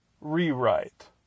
rewrite